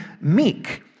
meek